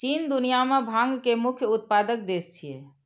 चीन दुनिया मे भांग के मुख्य उत्पादक देश छियै